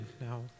now